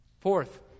Fourth